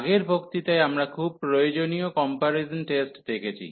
আগের বক্তৃতায় আমরা খুব প্রয়োজনীয় কম্পারিজন টেস্ট দেখেছি